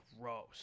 gross